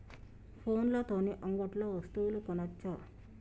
ఫోన్ల తోని అంగట్లో వస్తువులు కొనచ్చా?